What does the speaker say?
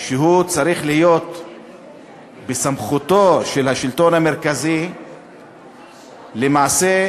שצריך להיות בסמכותו של השלטון המרכזי, ולמעשה,